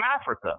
Africa